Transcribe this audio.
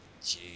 jeez